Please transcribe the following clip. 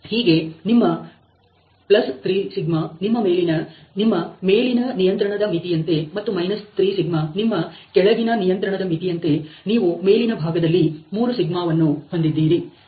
ಹೀಗೆ ನಿಮ್ಮ 3σ ನಿಮ್ಮ ಮೇಲಿನ ನಿಯಂತ್ರಣದ ಮಿತಿಯಂತೆ ಮತ್ತು 3σ ನಿಮ್ಮ ಕೆಳಗಿನ ನಿಯಂತ್ರಣದ ಮಿತಿಯಂತೆ ನೀವು ಮೇಲಿನ ಭಾಗದಲ್ಲಿ 3σ ವನ್ನು ಹೊಂದಿದ್ದೀರಿ